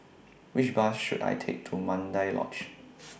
Which Bus should I Take to Mandai Lodge